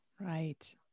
Right